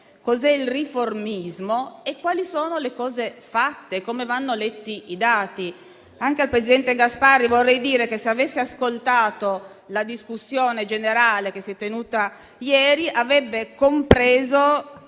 sia il riformismo, di quali siano le cose fatte e di come vanno letti i dati. Anche al presidente Gasparri vorrei dire che, se avesse ascoltato la discussione generale che si è tenuta ieri, avrebbe compreso